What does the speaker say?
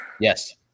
Yes